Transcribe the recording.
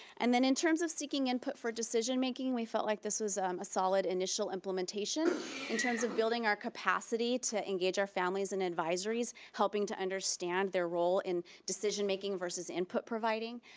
and then in terms of seeking input for decision making, we felt like this was a solid initial implementation in terms of building our capacity to engage in our families in advisories, helping to understand their role in decision making versus input providing.